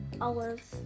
Olives